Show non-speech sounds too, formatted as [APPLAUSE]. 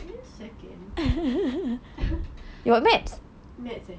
I think second [LAUGHS] maths eh